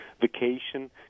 vacation